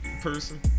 person